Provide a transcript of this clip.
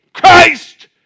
Christ